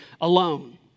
alone